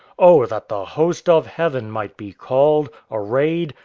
oh, that the host of heaven might be called, arrayed,